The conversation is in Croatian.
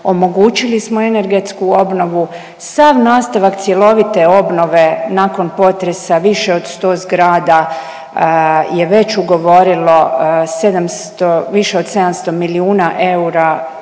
omogućili smo energetsku obnovu, sav nastavak cjelovite obnove nakon potresa više od 100 zgrada je već ugovorilo 700, više od 700 milijuna eura